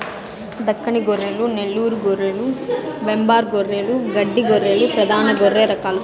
దక్కని గొర్రెలు, నెల్లూరు గొర్రెలు, వెంబార్ గొర్రెలు, గడ్డి గొర్రెలు ప్రధాన గొర్రె రకాలు